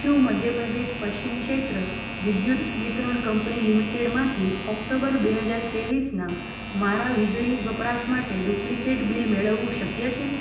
શું મધ્યપ્રદેશ પશ્ચિમ ક્ષેત્ર વિદ્યુત વિતરણ કંપની લિમિટેડમાંથી ઓક્ટોબર બે હજાર ત્રેવીસનાં મારા વીજળી વપરાશ માટે ડુપ્લિકેટ બિલ મેળવવું શક્ય છે